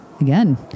Again